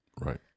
Right